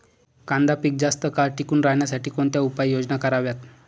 कांदा पीक जास्त काळ टिकून राहण्यासाठी कोणत्या उपाययोजना कराव्यात?